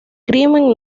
crimen